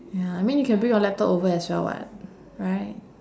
ya I mean you can bring your laptop over as well [what] right